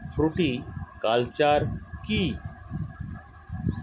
Fruticulture কী?